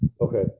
okay